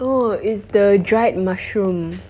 oh it's the dried mushroom